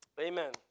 Amen